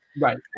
Right